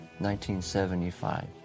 1975